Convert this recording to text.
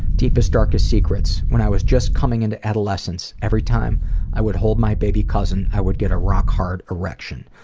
deepest darkest secrets? when i was just coming into adolescence, every time i would hold my baby cousin i would get a rock hard erection.